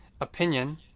Opinion